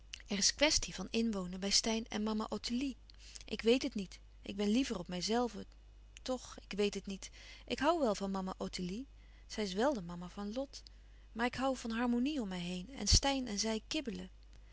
er is kwestie van inwonen bij steyn en mama louis couperus van oude menschen de dingen die voorbij gaan ottilie ik weet het niet ik ben liever op mijzelve toch ik weet het niet ik hoû wel van mama ottilie zij is wèl de mama van lot maar ik hoû van harmonie om mij heen en steyn en zij kibbelen